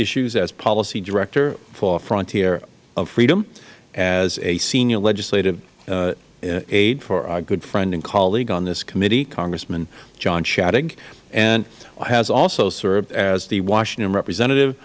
issues as policy director for frontier of freedom as a senior legislative aide for our good friend and colleague on this committee congressman john shadegg and has also served as the washington representative